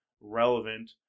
relevant